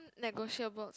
negotiables